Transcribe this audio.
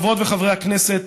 חברות וחברי הכנסת,